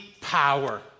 power